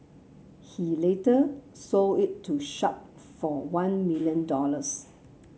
he later sold it to Sharp for one million dollars